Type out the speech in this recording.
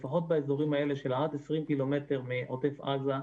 לפחות באזורים האלה של עד 20 ק"מ מגבול עזה,